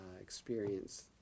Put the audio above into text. experience